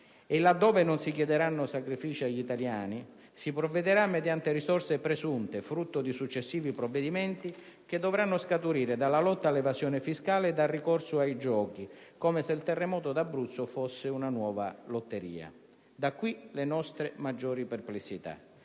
E, laddove non si chiederanno sacrifici agli italiani, si provvederà mediante risorse presunte, frutto di successivi provvedimenti, che dovranno scaturire dalla lotta all'evasione fiscale e dal ricorso ai giochi, come se il terremoto d'Abruzzo fosse una nuova lotteria. Da qui le nostre maggiori perplessità.